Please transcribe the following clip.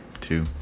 two